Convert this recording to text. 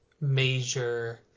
major